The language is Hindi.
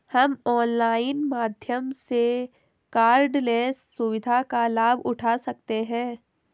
हम ऑनलाइन माध्यम से कॉर्डलेस सुविधा का लाभ उठा सकते हैं